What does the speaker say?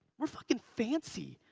we're fucking fancy.